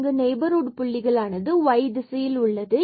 இங்கு நெய்பர்ஹுட் புள்ளிகள் ஆனது y திசையில் உள்ளது